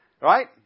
Right